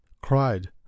cried